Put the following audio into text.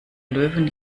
löwen